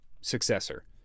successor